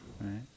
right